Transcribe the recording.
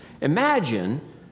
Imagine